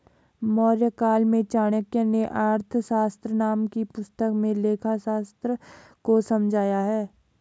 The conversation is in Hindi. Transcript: मौर्यकाल में चाणक्य नें अर्थशास्त्र नाम की पुस्तक में लेखाशास्त्र को समझाया है